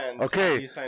Okay